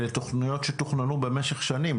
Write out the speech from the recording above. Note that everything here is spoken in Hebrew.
אלה תוכניות שתוכננו במשך שנים,